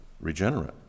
regenerate